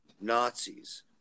Nazis